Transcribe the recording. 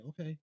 okay